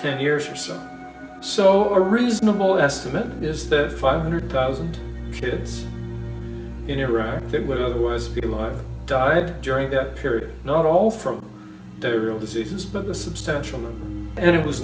ten years or so so a reasonable estimate is that five hundred thousand kids in iraq that would otherwise get life died during that period not all from diarrheal diseases but the substantial and it was